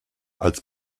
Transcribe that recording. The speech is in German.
als